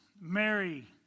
Mary